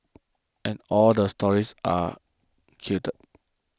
and all the stories are gelled